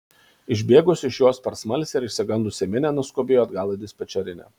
išbėgusi iš jos per smalsią ir išsigandusią minią nuskubėjo atgal į dispečerinę